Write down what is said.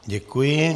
Děkuji.